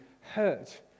hurt